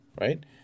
right